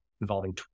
involving